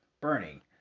burning